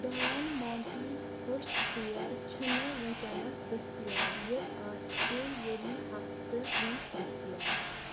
ڈان مانٹی ہوٚچھ ژیر چھِنہٕ وٕنۍکٮ۪نَس دٔستِیاب یہِ آسہِ ییٚمہِ ہفتہٕ برٛونٛہہ دٔستِیاب